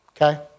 Okay